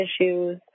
issues